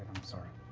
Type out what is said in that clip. i'm sorry.